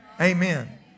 amen